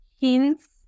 hints